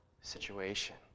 situation